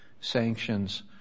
Sanctions